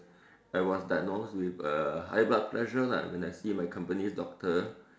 I was diagnosed with uh high blood pressure lah when I see my company's doctor